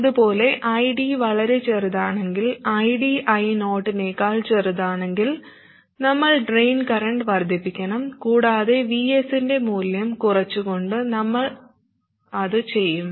അതുപോലെ ID വളരെ ചെറുതാണെങ്കിൽ ID I0 നേക്കാൾ ചെറുതാണെങ്കിൽ നമ്മൾ ഡ്രെയിൻ കറന്റ് വർദ്ധിപ്പിക്കണം കൂടാതെ Vs ന്റെ മൂല്യം കുറച്ചുകൊണ്ട് നമ്മൾ അത് ചെയ്യും